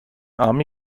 army